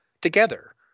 together